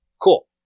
Cool